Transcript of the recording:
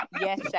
yes